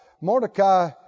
Mordecai